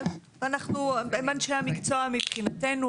הם אנשי המקצוע מבחינתנו,